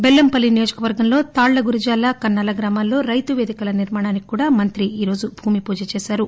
బెల్లంపల్లి నియోజకవర్గంలో తాళ్ళ గురిజాల కన్నాల గ్రామాల్లో రైతు పేదిక నిర్మాణానికి మంత్రి అల్లోల భూమిపూజచేశారు